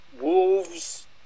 Wolves